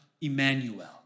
Emmanuel